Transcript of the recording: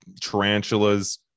tarantulas